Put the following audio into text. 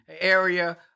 Area